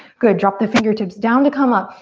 good, drop the fingertips down to come up.